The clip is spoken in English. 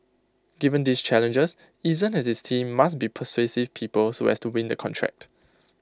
given these challenges Eason and his team must be persuasive people so as to win the contract